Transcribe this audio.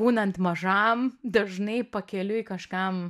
būnant mažam dažnai pakeliui kažkam